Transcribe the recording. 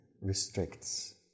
restricts